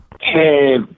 Hey